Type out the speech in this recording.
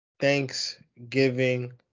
Thanksgiving